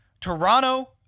Toronto